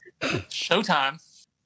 Showtime